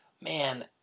man